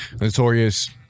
notorious